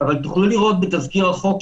אבל תוכלו לראות בתזכיר החוק,